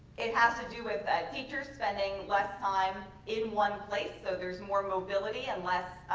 it has to do with teachers spending less time in one place. so there's more mobility and less,